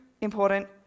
important